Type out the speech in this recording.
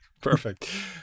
perfect